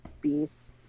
beast